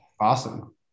Awesome